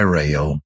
rail